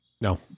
No